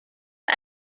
put